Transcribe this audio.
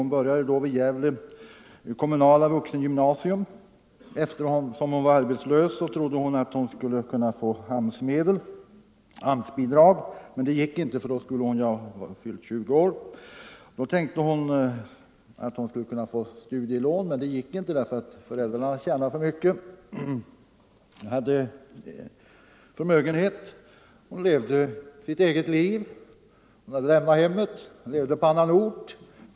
Hon började då i Gävle kommunala vuxengymnasium. Eftersom hon var arbetslös trodde hon att hon skulle kunna få AMS-bidrag, men det gick inte; för att få det skulle hon ha fyllt 20 år. Då tänkte hon att hon skulle kunna få studielån, men det gick inte därför att föräldrarna tjänade för mycket och hade förmögenhet. Hon levde sitt eget liv. Hon hade lämnat hemmet och bodde på annan ort.